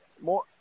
more